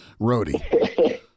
roadie